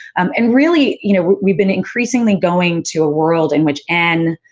um and really, you know, we've been increasingly going to a world in which n,